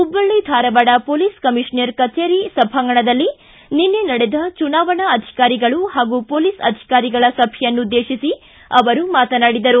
Hubballi Dharwad police commissioner ಕಚೇರಿ ಸಭಾಂಗಣದಲ್ಲಿ ನಿನ್ನೆ ನಡೆದ ಚುನಾವಣಾ ಅಧಿಕಾರಿಗಳು ಹಾಗೂ ಮೊಲೀಸ್ ಅಧಿಕಾರಿಗಳ ಸಭೆಯನ್ನುದ್ದೇಶಿಸಿ ಅವರು ಮಾತನಾಡಿದರು